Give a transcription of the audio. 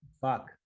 Fuck